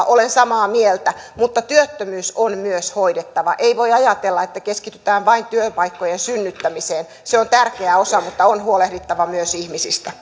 olen samaa mieltä mutta työttömyys on myös hoidettava ei voi ajatella että keskitytään vain työpaikkojen synnyttämiseen se on tärkeä osa mutta on huolehdittava myös ihmisistä